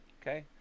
Okay